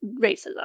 racism